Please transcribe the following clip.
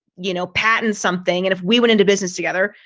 you know, patent something, and if we went into business together,